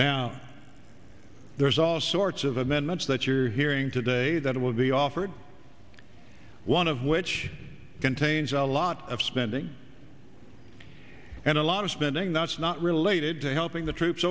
now there's all sorts of amendments that you're hearing today that will be offered one of which contains a lot of spending and a lot of spending that's not related to helping the troops